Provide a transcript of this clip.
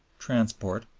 transport,